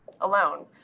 alone